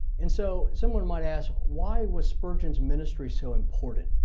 and so someone might ask why was spurgeon is ministry so important?